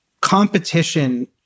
Competition